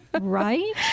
Right